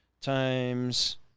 times